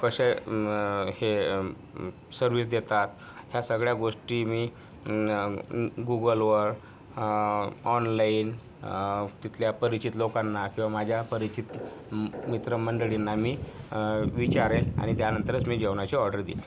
कसे हे सर्विस देतात ह्या सगळ्या गोष्टी मी गुगलवर ऑनलाईन तिथल्या परिचित लोकांना किंवा माझ्या परिचित मित्र मंडळीना मी विचारेन आणि त्यानंतरच मी जेवणाची ऑर्डर देईन